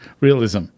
realism